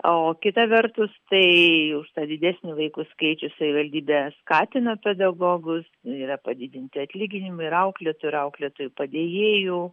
o kita vertus tai už tą didesnį vaikų skaičių savivaldybė skatina pedagogus yra padidinti atlyginimai ir auklėtojų ir auklėtojų padėjėjų